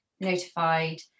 notified